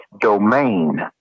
domain